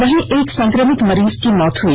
वहीं एक संक्रमित मरीज की मौत हो गई